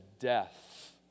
death